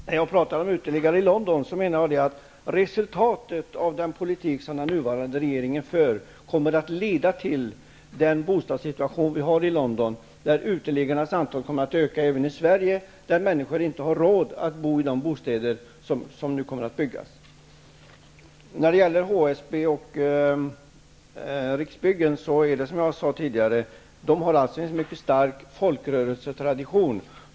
Herr talman! När jag talar om uteliggare i London är det för att resultatet av den politik som den nuvarande regeringen för kommer att leda till samma bostadssituation som man har i London; uteliggarnas antal kommer att öka även i Sverige -- människor kommer inte ha råd att bo i de bostäder som nu kommer att byggas. När det gäller HSB och Riksbyggen är det, som jag tidigare sade, så att de har en mycket stark folkrörelsetradition.